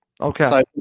Okay